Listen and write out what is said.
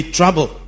trouble